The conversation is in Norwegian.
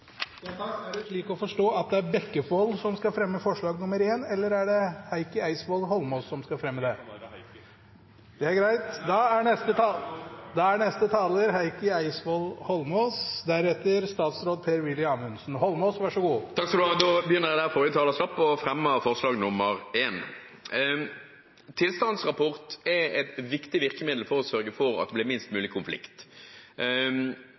det. Er det slik å forstå at det er Bekkevold som skal fremme forslag nr. 1, eller er det Heikki Eidsvoll Holmås som skal fremme det? Det er bare Heikki Eidsvoll Holmås. Det er greit. Da er neste taler Heikki Eidsvoll Holmås. Da begynner jeg der forrige taler slapp, og fremmer forslag nr. 1. Tilstandsrapport er et viktig virkemiddel for å sørge for at det blir minst